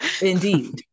Indeed